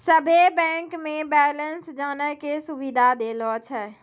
सभे बैंक मे बैलेंस जानै के सुविधा देलो छै